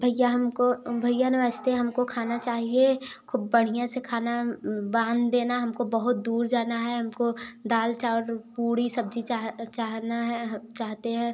भैया हमको भैया नमस्ते हमको खाना चाहिए खूब बढ़िया से खाना बांध देना हमको बहुत दूर जाना है हमको दाल चावल पूड़ी सब्जी चाहे चाहना है चाहते हैं